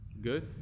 good